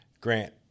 Grant